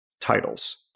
titles